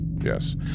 Yes